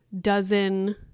dozen